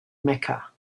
mecca